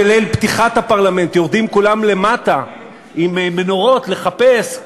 בליל פתיחת הפרלמנט יורדים כולם למטה עם מנורות לחפש,